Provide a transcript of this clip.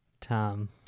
tom